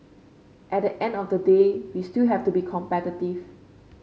at the end of the day we still have to be competitive